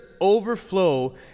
overflow